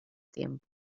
tiempo